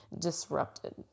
Disrupted